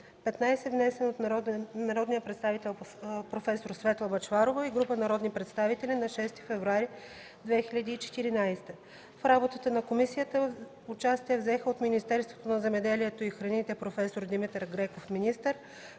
внесен от народния представител проф. Светла Бъчварова и група народни представители на 6 февруари 2014 г. В работата на комисията участие взеха: от Министерството на земеделието и храните проф. Димитър Греков – министър,